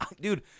Dude